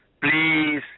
please